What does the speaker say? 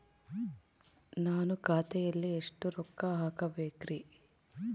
ನಾನು ಖಾತೆಯಲ್ಲಿ ಎಷ್ಟು ರೊಕ್ಕ ಹಾಕಬೇಕ್ರಿ?